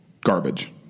garbage